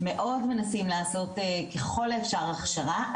מאוד מנסים לעשות כלל האפשר הכשרה,